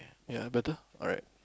ya better alright